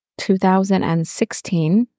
2016